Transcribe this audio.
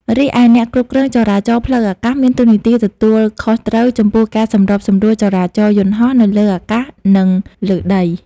រីឯអ្នកគ្រប់គ្រងចរាចរណ៍ផ្លូវអាកាស មានតួនាទីទទួលខុសត្រូវចំពោះការសម្របសម្រួលចរាចរណ៍យន្តហោះនៅលើអាកាស និងលើដី។